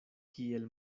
kiel